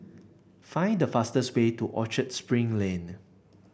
find the fastest way to Orchard Spring Lane